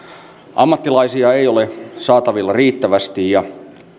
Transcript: ammattilaisia ei ole saatavilla riittävästi ja